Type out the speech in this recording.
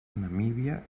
namíbia